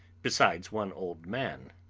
besides one old man.